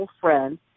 friend